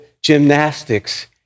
gymnastics